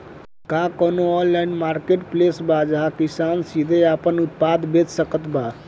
का कउनों online marketplace बा जहां किसान सीधे आपन उत्पाद बेच सकत बा?